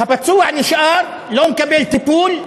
הפצוע נשאר, לא מקבל טיפול,